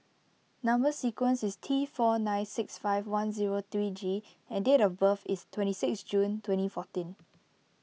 Number Sequence is T four nine six five one zero three G and date of birth is twenty six June twenty fourteen